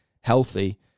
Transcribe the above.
healthy